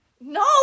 No